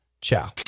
Ciao